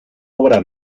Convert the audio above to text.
obra